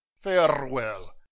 farewell